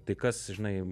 tai kas žinai